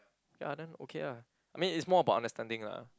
ya then okay lah I mean it's more about understanding lah